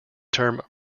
term